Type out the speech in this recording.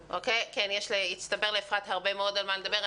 כן, הצטבר לאפרת הרבה מאוד על מה לדבר.